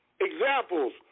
examples